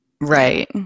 Right